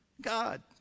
God